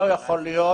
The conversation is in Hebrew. לא יכול להיות